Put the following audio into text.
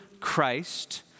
Christ